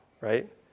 right